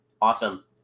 Awesome